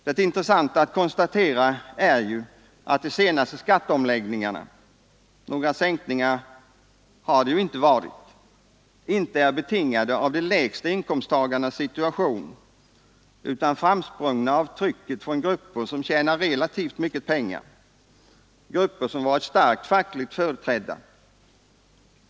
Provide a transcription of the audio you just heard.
Det intressanta att konstatera är att de senaste skatteomläggningarna — några sänkningar har det ju inte varit — inte är betingade av de lägsta inkomsttagarnas situation, utan framsprungna på grund av trycket från grupper som tjänar relativt mycket pengar, grupper som varit starkt fackligt företrädda.